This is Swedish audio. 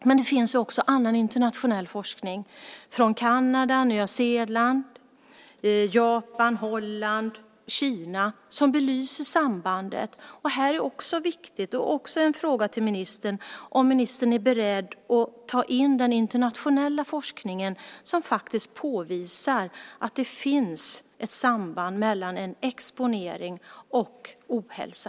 Men det finns också annan internationell forskning från Kanada, Nya Zeeland, Japan, Holland och Kina som belyser sambandet. Det här är också viktigt. En fråga till ministern är om ministern är beredd att ta in den internationella forskning som faktiskt påvisar att det finns ett samband mellan en exponering och ohälsa.